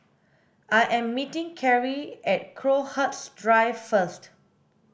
I am meeting Kerri at Crowhurst Drive first